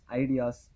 ideas